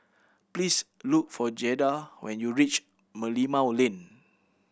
please look for Jada when you reach Merlimau Lane